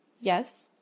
Yes